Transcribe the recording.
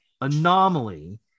anomaly